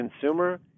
consumer